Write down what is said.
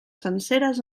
senceres